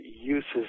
uses